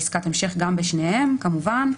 עסקת המשך גם בשניהם כמובן.